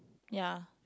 ya